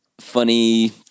funny